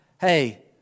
Hey